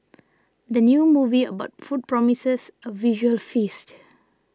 the new movie about food promises a visual feast